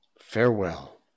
Farewell